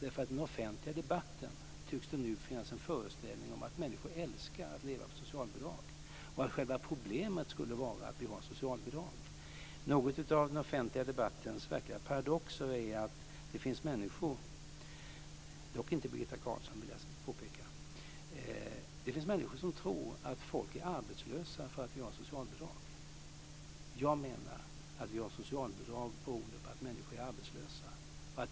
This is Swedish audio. I den offentliga debatten tycks det nu finnas en föreställning om att människor älskar att leva på socialbidrag och att själva problemet skulle vara att vi har socialbidrag. Något av den offentliga debattens verkliga paradox är att det finns människor, dock inte Birgitta Carlsson vill jag påpeka, som tror att folk är arbetslösa för att vi har socialbidrag. Jag menar att vi har socialbidrag beroende på att människor är arbetslösa.